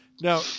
Now